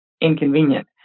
inconvenient